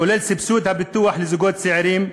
כולל סבסוד הפיתוח לזוגות צעירים,